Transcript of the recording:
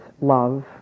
love